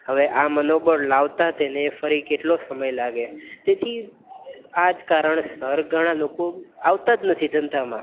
હવે આ મનોબળ લાવતા તેને ફરી કેટલો સમય લાગે તેથી આ જ કારણસર ઘણાં લોકો આવતા જ નથી ધંધામાં